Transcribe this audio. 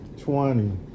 Twenty